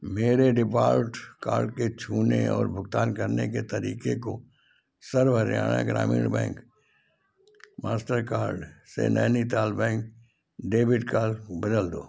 मेरे default card के छूने और भुगतान करने के तरीके को Sarva Haryana Gramin bank master card से नैनीताल बैंक डेबिट कार्ड बदल दो